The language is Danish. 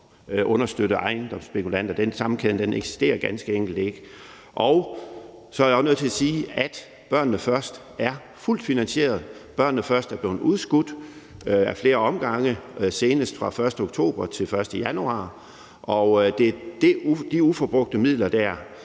understøtte ejendomsspekulanter. Den sammenkædning eksisterer ganske enkelt ikke. Jeg er også nødt til at sige, at »Børnene Først« er fuldt finansieret. »Børnene Først« er blevet udskudt ad flere omgange, senest fra den 1. oktober til den 1. januar. Og det er de uforbrugte midler derfra,